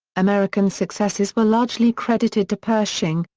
american successes were largely credited to pershing,